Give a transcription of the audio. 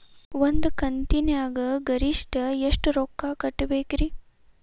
ಒಂದ್ ಕಂತಿನ್ಯಾಗ ಗರಿಷ್ಠ ಎಷ್ಟ ರೊಕ್ಕ ಕಟ್ಟಬೇಕ್ರಿ?